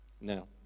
Now